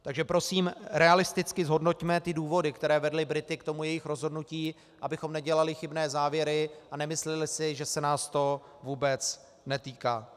Takže prosím, realisticky zhodnoťme důvody, které vedly Brity k jejich rozhodnutí, abychom nedělali chybné závěry a nemysleli si, že se nás to vůbec netýká.